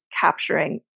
capturing